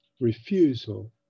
refusal